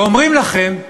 ואומרים לכם: